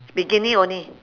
bikini only